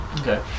Okay